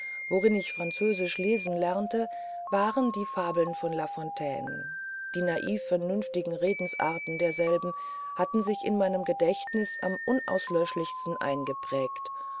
worin ich französisch lesen lernte waren die fabeln von lafontaine die naiv vernünftigen redensarten derselben hatten sich meinem gedächtnisse am unauslöschlichsten eingeprägt